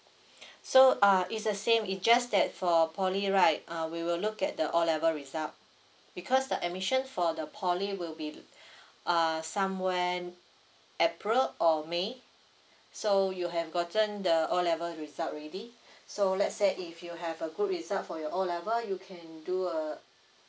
so uh is the same is just that for poly right uh we will look at the O level result because the admission for the poly will be err somewhere april or may so you have gotten the O level result already so let's say if you have a good result for your O level you can do a